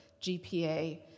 GPA